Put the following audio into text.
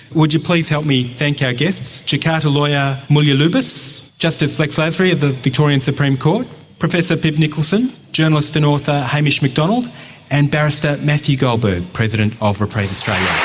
would you please help me thank our guests jakarta lawyer mulya lubis justice lex lasry, of the victorian supreme court professor pip nicholson journalist and author hamish mcdonald and barrister matthew goldberg, president of reprieve australia.